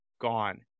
gone